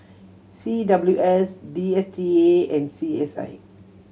C W S D S T A and C S I